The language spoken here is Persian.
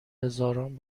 هزاران